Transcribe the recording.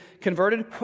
converted